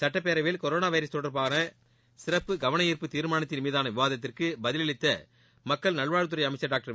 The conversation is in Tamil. சுட்டப்பேரவையில் கொரோனா வைரஸ் தொடர்பான சிறப்பு கவனா்ப்பு தீர்மானத்தின் மீதான விவாதத்திற்கு பதிலளித்த மக்கள் நல்வாழ்வுத்துறை அமைக்சர் டாக்டர்